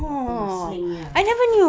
ya marsiling punya